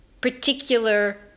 particular